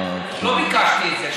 לא ביקשתי את זה.